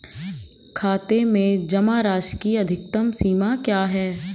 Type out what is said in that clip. खाते में जमा राशि की अधिकतम सीमा क्या है?